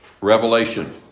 Revelation